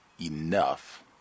enough